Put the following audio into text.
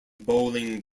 bowling